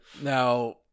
Now